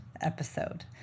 episode